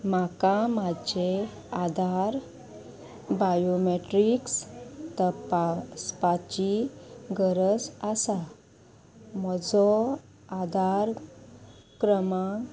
म्हाका म्हाजें आदार बायोमेट्रिक्स तपासपाची गरज आसा म्हजो आदार क्रमांक